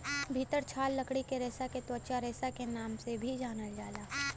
भितर छाल लकड़ी के रेसा के त्वचा रेसा के नाम से भी जानल जाला